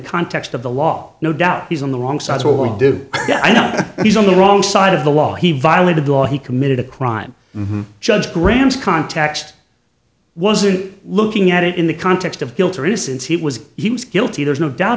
context of the law no doubt he's on the wrong size will do i know he's on the wrong side of the law he violated the law he committed a crime judge grants context wasn't looking at it in the context of guilt or innocence he was he was guilty there's no doubt